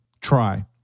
try